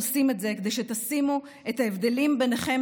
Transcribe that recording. עושים את זה כדי שתשימו את ההבדלים ביניכם